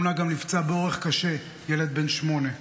בתאונה גם נפצע באורח קשה ילד בן שמונה.